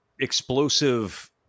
explosive